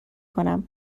کنم